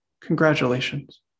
Congratulations